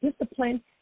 discipline